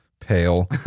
pale